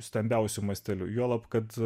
stambiausiu masteliu juolab kad